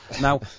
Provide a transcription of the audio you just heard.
Now